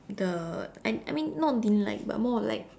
the I I mean not didn't like but more of like